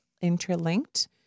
interlinked